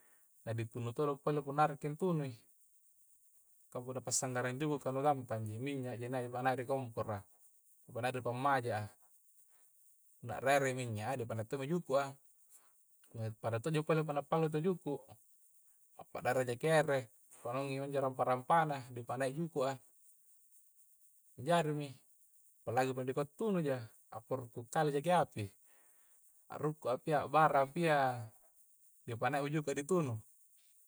Na ditunu todo pole punna ngareki intunu i kah punna pasanggara juku kah nu gampangji, minya' ji nai' manai ri komporo a pa nai' di pammaja a punna rere i minya a dipanaung to' mi juku a la pada todo ji punna pallu tawwa juku' appadada jaki ere panaungi minjo rampa-rampa na ni dipanai juku'a jari mi palagi punnattunuja apporo-rupu kalle jaki api arukku api bara api a dipanai mi juku di tunu